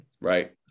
right